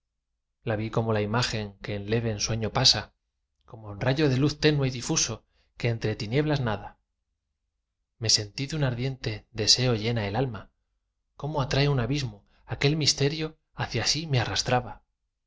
la vi como la imagen que en leve ensueño pasa como rayo de luz tenue y difuso que entre tinieblas nada me sentí de un ardiente deseo llena el alma como atrae un abismo aquel misterio hacia sí me arrastraba